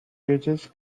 uses